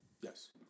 Yes